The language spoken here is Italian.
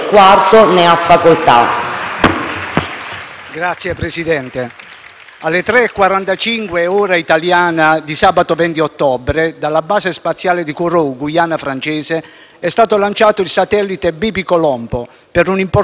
Signor Presidente, alle 3,45, ora italiana, di sabato 20 ottobre, dalla base spaziale di Kourou, Guyana francese, è stato lanciato il satellite Bepi Colombo, per un'importante missione spaziale verso Mercurio,